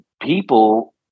people